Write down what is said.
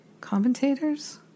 Commentators